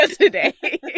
today